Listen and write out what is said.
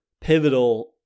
pivotal